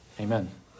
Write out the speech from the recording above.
Amen